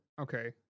Okay